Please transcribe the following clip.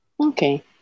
Okay